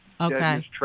Okay